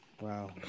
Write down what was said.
Wow